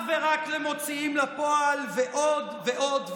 ורק למוציאים לפועל ועוד ועוד ועוד.